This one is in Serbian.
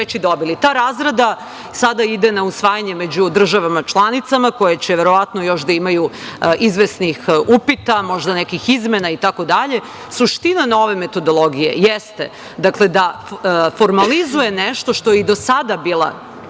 Ta razrada sada ide na usvajanje među državama članicama, koje će verovatno još da imaju izvesnih upita, možda nekih izmena itd. Suština nove metodologije jeste, da formalizuje nešto što je do sada bila